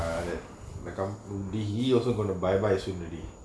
ah that the come would he also going to bye bye soon already